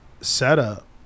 setup